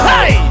Hey